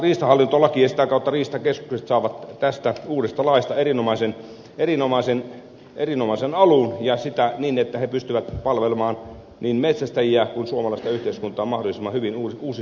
toivon että riistakeskukset saavat tästä uudesta riistahallintolaista erinomaisen alun niin että ne pystyvät palvelemaan niin metsästäjiä kuin suomalaista yhteiskuntaa mahdollisimman hyvin uusissa olosuhteissa